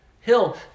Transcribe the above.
hill